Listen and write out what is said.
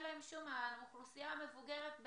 בעיקר האוכלוסייה המבוגרת,